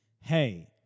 hey